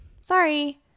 sorry